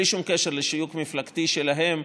בלי שום קשר לשיוך המפלגתי שלהם,